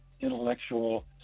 Intellectual